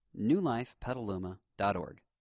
newlifepetaluma.org